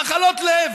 מחלות לב,